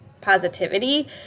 positivity